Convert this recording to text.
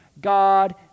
God